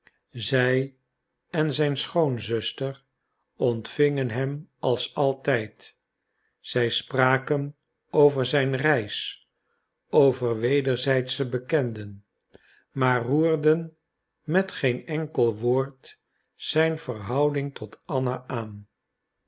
zij en zijn schoonzuster ontvingen hem als altijd zij spraken over zijn reis over wederzijdsche bekenden maar roerden met geen enkel woord zijn verhouding tot anna aan